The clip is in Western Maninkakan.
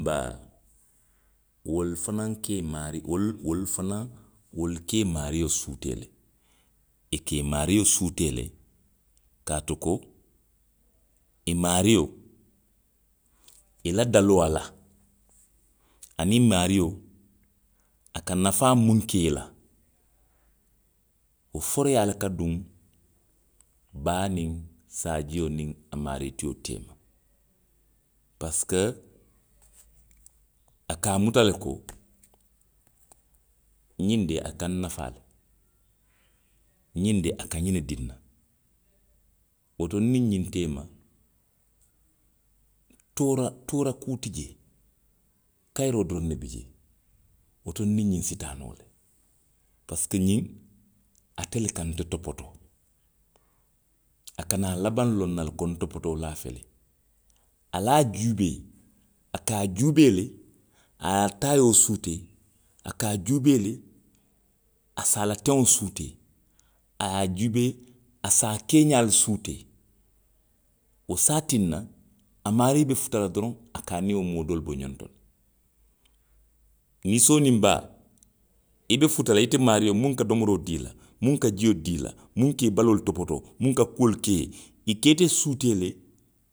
Baa, wolu fanaŋ ka i maarii, wolu, wolu fanaŋ, wolu ka i maario suutee le. I ka i maario suutee le. Kaatu ko, i maario. i la daloo a la. aniŋ i maario, a ka nafaa miŋ ke i la. wo foroyaa le ka duŋ baa niŋ saajio niŋ a maari tio teema. Parisiko. a ka muta le ko. xiŋ de, a ka a nnafaa le, ňiŋ de, a ka ňiŋ ne dii nna. Woto nniŋ ňiŋ teema, toora, toora kuu ti jee kayiroo doroŋ ne bi jee. Woto nniŋ ňiŋ si taa noo le. Parisiko ňiŋ. ate le ka nte topotoo. A ka naa a labaŋ loŋ na le ko ntopotoolaa fele. A la a juubee, a ka juubee le, a ye a taayoo suutee, a ka a juubee le, a se a la teŋo suutee. a ye a juubee. a se a keexaalu suutee. wo se a tinna. a maarii be futa la doroŋ. a ka a niŋ wo moo doolu bo ňoŋ to le. Ninsoo niŋ baa. i be futa la, ate maario muŋ ka domoroo dii i la, muŋ ka jio dii i la. muŋ ka i baloolu topotoo. muŋ kuolu ke i ye. i ka ite suutee le.